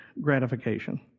gratification